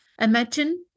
Imagine